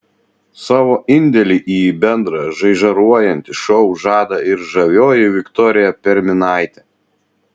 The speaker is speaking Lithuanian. savo indėlį į bendrą žaižaruojantį šou žada ir žavioji viktorija perminaitė